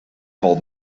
valt